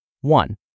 One